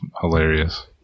hilarious